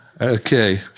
Okay